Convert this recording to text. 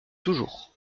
toujours